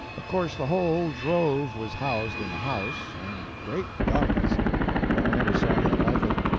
of course, the whole drove was housed in the house, and, great guns well, i never saw anything like it.